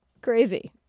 Crazy